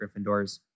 Gryffindors